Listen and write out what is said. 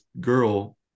girl